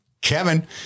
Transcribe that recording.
kevin